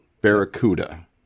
Barracuda